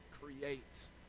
creates